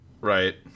Right